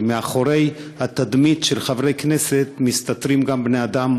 כי מאחורי התדמית של חברי כנסת מסתתרים גם בני-אדם,